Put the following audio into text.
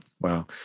Wow